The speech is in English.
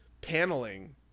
paneling